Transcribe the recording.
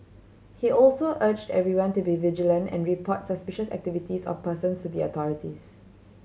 he also urged everyone to be vigilant and report suspicious activities or persons to the authorities